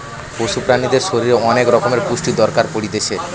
পশু প্রাণীদের শরীরের অনেক রকমের পুষ্টির দরকার পড়তিছে